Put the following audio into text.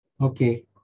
okay